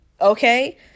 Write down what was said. Okay